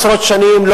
עשרות שנים,